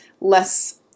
less